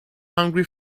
hungry